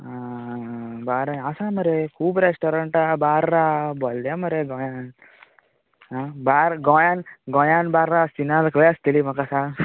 आ bar आसा मरे खूब रेस्टोरन्ट आसा बारां आहा भरल्यांत मरे गोंयान आ बार गोंयान गोंयान बारां आसचीना जाल्यार खंय आसतली म्हाका सांग आ